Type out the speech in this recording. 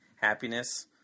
happiness